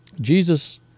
Jesus